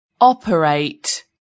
operate